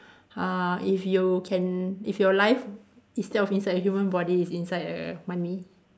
uh if you can if your life instead of inside the human body is inside the money